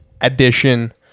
edition